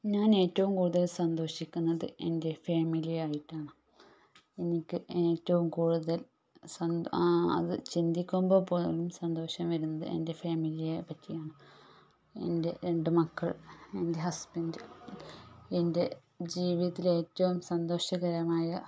ഞാൻ ഏറ്റവും കൂടുതൽ സന്തോഷിക്കുന്നത് എൻ്റെ ഫാമിലി ആയിട്ടാണ് എനിക്ക് ഏറ്റവും കൂടുതൽ അത് ചിന്തിക്കുമ്പോൾ പോലും സന്തോഷം വരുന്നത് എൻ്റെ ഫാമിലിയെ പറ്റിയാണ് എൻ്റെ രണ്ട് മക്കൾ എൻ്റെ ഹസ്ബൻഡ് എൻ്റെ ജീവിതത്തിൽ ഏറ്റവും സന്തോഷകരമായ